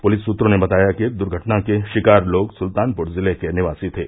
police सूत्रों ने बताया कि दुर्घटना के शिकार लोग सुल्तानपुर जिले के निवासी थे